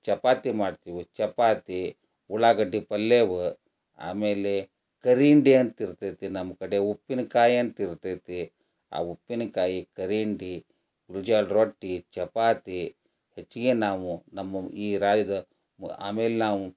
ಚಪಾತಿ ಮಾಡ್ತೀವಿ ಚಪಾತಿ ಉಳ್ಳಾಗಡ್ಡಿ ಪಲ್ಯವ ಆಮೇಲೆ ಕರಿಇಂಡಿ ಅಂತಿರ್ತೈತೆ ನಮ್ಮ ಕಡೆ ಉಪ್ಪಿನಕಾಯಿ ಅಂತ ಇರ್ತೈತಿ ಆ ಉಪ್ಪಿನಕಾಯಿ ಕರಿಇಂಡಿ ಗೊಂಜೋಳ್ ರೊಟ್ಟಿ ಚಪಾತಿ ಹೆಚ್ಚಿಗೆ ನಾವು ನಮ್ಮ ಈ ರಾಯದ ಆಮೇಲೆ ನಾವು